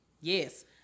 Yes